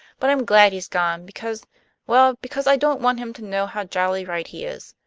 but i'm glad he's gone, because well, because i don't want him to know how jolly right he is.